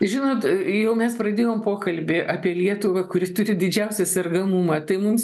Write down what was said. žinot jau mes pradėjom pokalbį apie lietuvą kuris turi didžiausią sergamumą tai mums